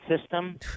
system